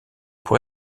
pour